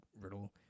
riddle